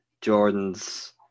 Jordan's